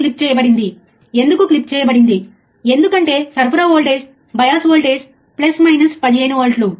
slew rate అనేది output వోల్టేజ్లో మార్పుడివైడెడ్ బై డెల్టా t